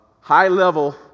High-level